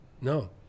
no